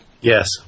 Yes